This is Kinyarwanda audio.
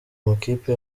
amakipe